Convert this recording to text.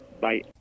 Bye